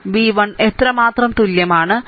v 1 എത്രമാത്രം തുല്യമാണ്